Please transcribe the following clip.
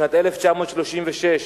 בשנת 1936,